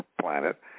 Planet